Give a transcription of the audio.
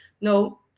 No